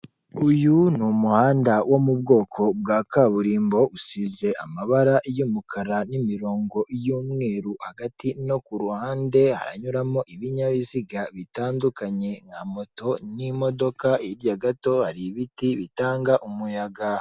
Uyu ni umuhanda wo mu bwoko bwa kaburimbo, usize amabara y'umukara n'imirongo y'umweru hagati no ku ruhande, haranyuramo ibinyabiziga bitandukanye nka moto n'imodoka, hirya gato hari ibiti bitanga umuyaga.